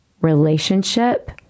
relationship